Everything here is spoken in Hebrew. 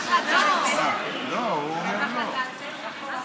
זה